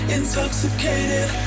intoxicated